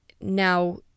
now